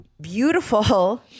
beautiful